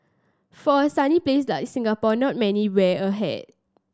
for a sunny place like Singapore not many wear a hat